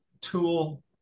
tool